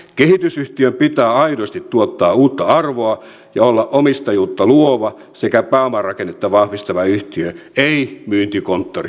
kehitysyhtiön pitää aidosti tuottaa uutta arvoa ja olla omistajuutta luova sekä pääomarakennetta vahvistava yhtiö ei myyntikonttori